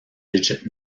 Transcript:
digit